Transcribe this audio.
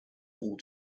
all